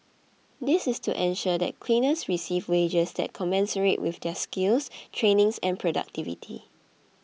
this is to ensure that cleaners receive wages that commensurate with their skills training and productivity